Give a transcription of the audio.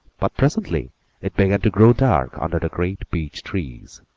but presently it began to grow dark under the great beech-trees.